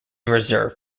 reserve